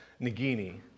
Nagini